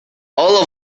all